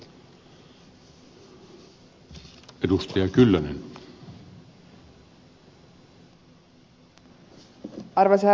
arvoisa herra puhemies